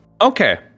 Okay